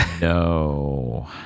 No